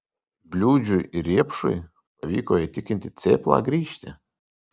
bliūdžiui ir riepšui pavyko įtikinti cėplą grįžti